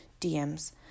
DMs